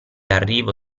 arrivo